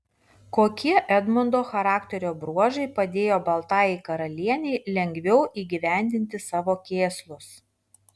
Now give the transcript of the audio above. kokie edmundo charakterio bruožai padėjo baltajai karalienei lengviau įgyvendinti savo kėslus